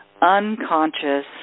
unconscious